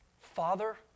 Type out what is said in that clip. Father